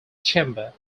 chamber